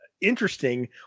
interesting